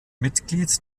mitglied